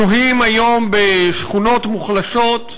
שוהים היום בשכונות מוחלשות,